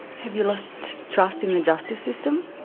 have you lost trust in the justice system?